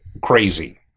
crazy